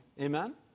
Amen